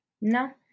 No